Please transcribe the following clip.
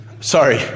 Sorry